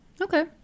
Okay